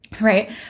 right